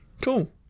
Cool